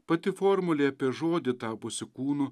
pati formulė apie žodį tapusį kūnu